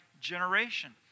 generation